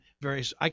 various